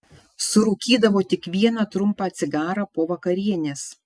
surūkydavo tik vieną trumpą cigarą po vakarienės